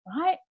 right